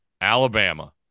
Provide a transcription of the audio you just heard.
Alabama